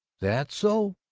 that's so,